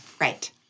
Right